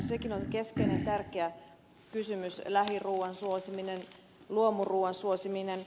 sekin on keskeinen tärkeä kysymys lähiruuan suosiminen luomuruuan suosiminen